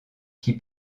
qui